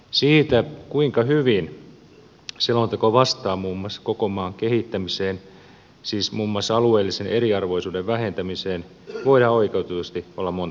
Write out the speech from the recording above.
siitä kuinka hyvin selonteko vastaa muun muassa koko maan kehittämiseen siis muun muassa alueellisen eriarvoisuuden vähentämiseen voidaan oikeutetusti olla monta eri mieltä